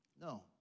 No